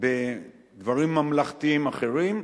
בדברים ממלכתיים אחרים.